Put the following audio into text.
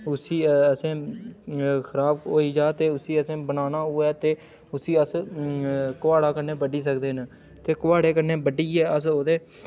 उसी असें खराब होई जा ते उसी असें बनाना होऐ ते उसी अस कुहाड़े कन्नै बड्ढी सकदे न ते कुहाड़े कन्नै बड्ढियै अस ओह्दे